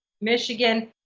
Michigan